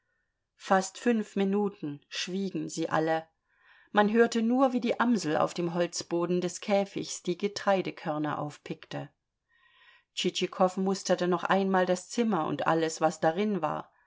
fast fünf minuten schwiegen sie alle man hörte nur wie die amsel auf dem holzboden des käfigs die getreidekörner aufpickte tschitschikow musterte noch einmal das zimmer und alles was darin war